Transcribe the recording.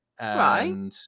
Right